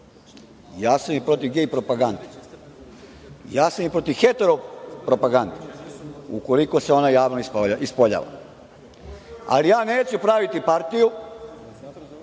Ja sam i protiv gej propagande. Ja sam protiv hetero propagande, ukoliko se ona javno ispoljava, ali ja neću praviti partiju